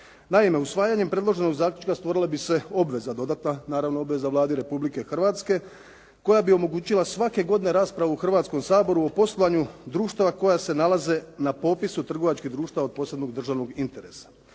Naime, usvajanjem predloženom zaključka stvorila bi se obveza dodatna, naravno obveza Vladi Republike Hrvatske koja bi omogućila svake godine raspravu u Hrvatskom saboru o poslovanju društava koja se nalaze na popisu trgovačkih društava od posebnog državnog interesa.